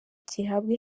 gihabwa